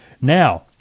Now